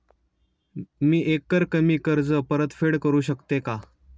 मी एकरकमी कर्ज परतफेड करू शकते का?